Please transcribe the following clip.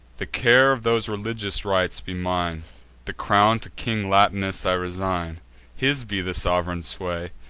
the care of those religious rites be mine the crown to king latinus i resign his be the sov'reign sway.